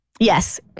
Yes